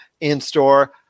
in-store